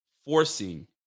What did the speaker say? Forcing